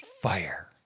fire